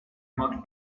much